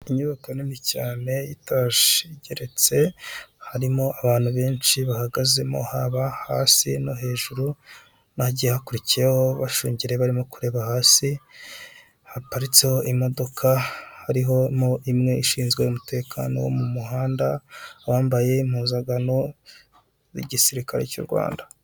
Inyubako nini cyane y'itaje, igeretse, harimo abantu benshi bahagazemo haba hasi no hejuru hagiye hakurikiyeho, bashungereye barimo kureba hasi, haparitseho imodoka; harimo imwe ishinzwe umutekano wo mu muhanda, uwambaye impuzankano z'igisirikare cy'u Rwanda.